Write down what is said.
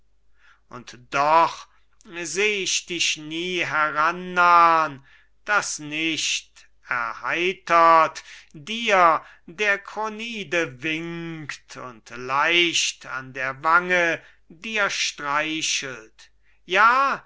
und doch seh ich dich nie herannahn daß nicht erheitert dir der kronide winkt und leicht an der wange dir streichelt ja